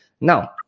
Now